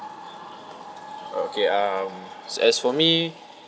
okay um as for me